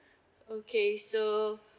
okay so